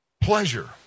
Pleasure